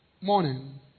morning